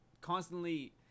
constantly